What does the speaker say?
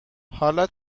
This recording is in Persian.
حالا